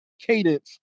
cadence